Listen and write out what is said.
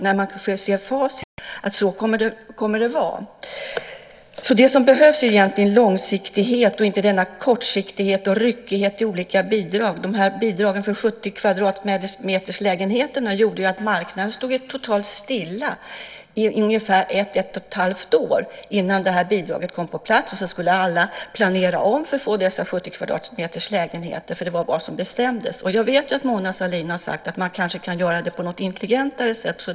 När man ser facit kommer det att vara så. Det som behövs är egentligen långsiktighet och inte denna kortsiktighet och ryckighet i olika bidrag. Bidragen för lägenheter på 70 kvadratmeter gjorde att marknaden stod totalt stilla i ungefär ett, ett och ett halvt år innan bidraget kom på plats. Sedan skulle alla planera om för att få dessa lägenheter på 70 kvadratmeter, eftersom det var vad som bestämdes. Jag vet att Mona Sahlin har sagt att man kanske kan göra det på något intelligentare sätt.